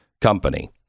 company